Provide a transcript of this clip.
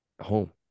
home